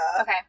Okay